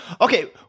Okay